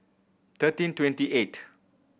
thirteen twenty eighth